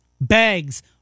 bags